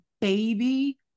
baby